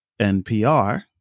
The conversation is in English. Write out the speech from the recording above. NPR